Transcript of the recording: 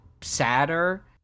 sadder